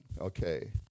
Okay